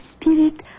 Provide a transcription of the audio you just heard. spirit